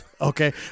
Okay